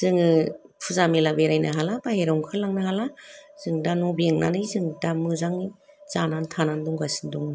जोङो फुजा मेला बेरायनो हाला बाहेराव अंखारलांनो हाला जों दा न' बेंनानै जों दा मोजां जानानै थानानै दंगासिनो दङ'